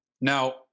Now